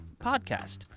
Podcast